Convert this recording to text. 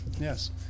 yes